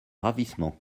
ravissement